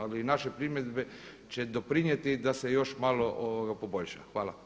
Ali naše primjedbe će doprinijeti da se još malo poboljša.